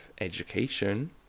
education